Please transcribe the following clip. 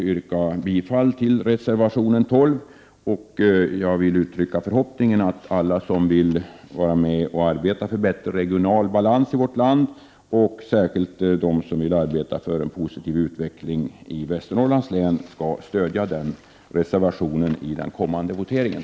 Jag yrkar bifall till reservation 12. Jag vill uttrycka förhoppningen att alla som vill arbeta för bättre regional balans i vårt land, och särskilt de som vill arbeta för en positiv utveckling i Västernorrlands län, stöder denna reservation i den kommande voteringen.